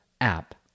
app